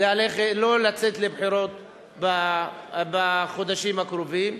לא לצאת לבחירות בחודשים הקרובים,